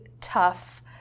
tough